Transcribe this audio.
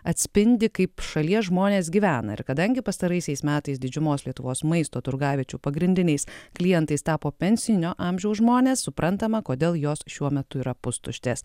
atspindi kaip šalies žmonės gyvena ir kadangi pastaraisiais metais didžiumos lietuvos maisto turgaviečių pagrindiniais klientais tapo pensinio amžiaus žmonės suprantama kodėl jos šiuo metu yra pustuštės